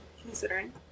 Considering